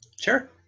Sure